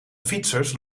fietsers